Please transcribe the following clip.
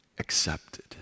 Accepted